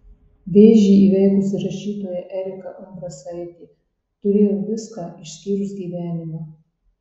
vėžį įveikusi rašytoja erika umbrasaitė turėjau viską išskyrus gyvenimą